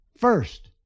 first